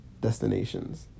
destinations